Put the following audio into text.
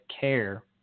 care